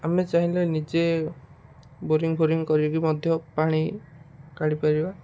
ଆମେ ଚାହିଁଲେ ନିଜେ ବୋରିଙ୍ଗ ଫୋରିଙ୍ଗ କରିକି ମଧ୍ୟ ପାଣି କାଢ଼ିପାରିବା